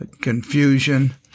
confusion